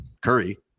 Curry